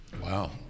Wow